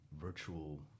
virtual